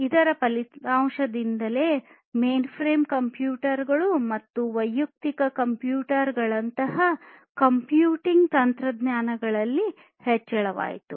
ಇದರ ಫಲಿತಾಂಶವೆಂದರೆ ಮೈನ್ಫ್ರೇಮ್ ಕಂಪ್ಯೂಟರ್ಗಳು ಮತ್ತು ವೈಯಕ್ತಿಕ ಕಂಪ್ಯೂಟರ್ ಗಳಂತಹ ಕಂಪ್ಯೂಟಿಂಗ್ ತಂತ್ರಜ್ಞಾನಗಳಲ್ಲಿ ಹೆಚ್ಚಳವಾಗಿದೆ